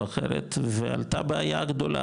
או אחרת ועלתה בעיה גדולה,